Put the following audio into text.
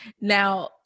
Now